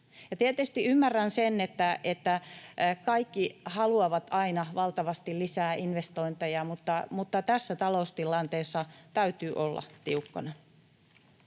Tietysti ymmärrän sen, että kaikki haluavat aina valtavasti lisää investointeja, mutta tässä taloustilanteessa täytyy olla tiukkana.